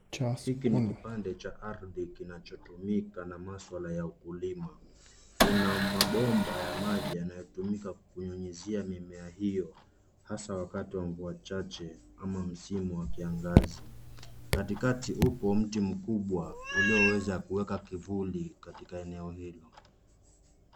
Hiki ni kipande cha ardhi kinachotumika na maswala ya ukulima. Kuna mabomba ya maji yanayotumika kunyunyizia mimea hiyo hasa wakati wa mvua chache ama msimu wa kiangazi. Katikati upo mti mkubwa ulioweza kuweka kivuli katika eneo hilo.